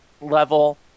level